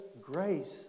grace